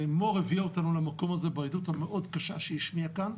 ומור הביאה אותנו למקום הזה בעדות המאוד קשה שהשמיעה כאן,